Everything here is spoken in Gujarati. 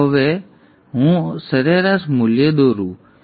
તો ચાલો હવે હું સરેરાશ મૂલ્ય દોરું